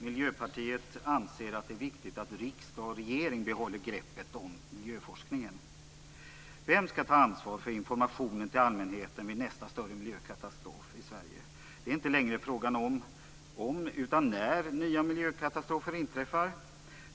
Miljöpartiet anser att det är viktigt att riksdag och regering behåller greppet om miljöforskningen. Vem skall ta ansvar för informationen till allmänheten vid nästa större miljökatastrof i Sverige? Det är inte längre fråga om om utan när nya miljökatastrofer inträffar.